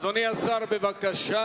אדוני השר, בבקשה.